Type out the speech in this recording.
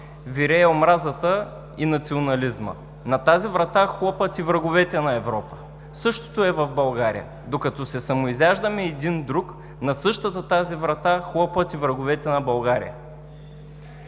вирее омразата и национализмът. На тази врата хлопат и враговете на Европа. Същото е в България – докато се самоизяждаме един друг, на същата тази врата хлопат и враговете на България.